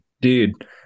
Dude